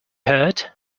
hurt